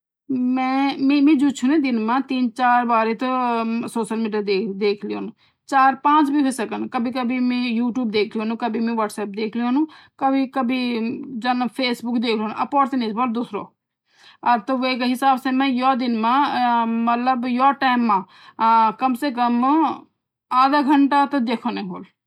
में मि जो चीन दिन माँ तीन चार बार सोशल मीडिया देखि लेंदु चार पांच जन कभो कभी मि यू तुब देखि लेंदु कभी मि व्हाट्सप्प देखि लेंदु कभी कभी जन फेसबुक देख लेंदू तोह वे की हिसाब से में यो दिन मा यो टेम आधा घंटा तोह देखिदी होन्दु